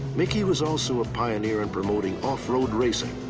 mickey was also a pioneer in promoting off road racing.